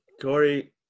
Corey